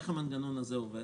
איך המנגנון הזה עובד?